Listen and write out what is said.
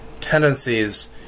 tendencies